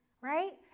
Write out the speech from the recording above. Right